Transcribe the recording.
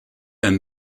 and